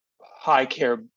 high-care